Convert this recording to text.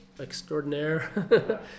extraordinaire